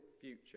future